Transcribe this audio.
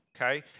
okay